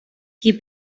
qui